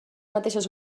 mateixes